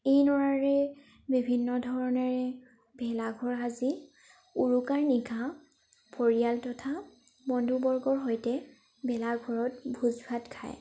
এই নৰাৰে বিভিন্ন ধৰণেৰে ভেলাঘৰ সাজি উৰুকাৰ নিশা পৰিয়াল তথা বন্ধুবৰ্গৰ সৈতে ভেলাঘৰত ভোজ ভাত খায়